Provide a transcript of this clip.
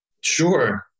Sure